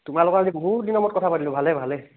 তোমাৰ লগত আজি বহু দিনৰ মূৰত কথা পাতিলো ভালে ভালে